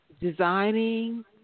Designing